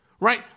right